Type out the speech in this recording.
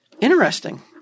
Interesting